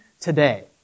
today